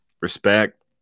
Respect